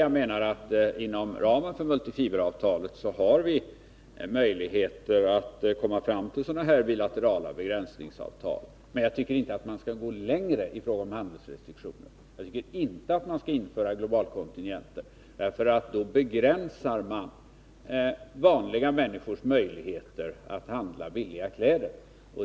Jag menar att man inom ramen för multifiberavtalet har möjligheter att komma fram till sådana här bilaterala begränsningsavtal. Men jag tycker inte man skall gå längre i fråga om handelsrestriktioner och införa t.ex. globalkontingenter. Då begränsar man Nr 150 vanliga människors möjligheter att handla billiga kläder.